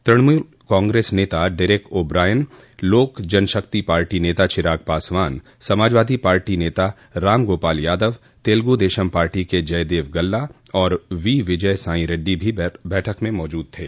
Trinamool Congress नेता Derek O'Brien Lok Janshakti Party नेता Chirag Paswan Samajwadi Party नेता राम गोपाल यादव तेलुगुदेशम पार्टी के जयदेव गल्ला और वी विजय सांई रेड्डी भी बैठक में मौजूद थे